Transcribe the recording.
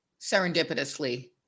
serendipitously